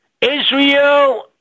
Israel